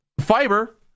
fiber